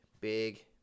big